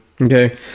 Okay